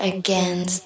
again